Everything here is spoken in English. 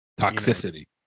Toxicity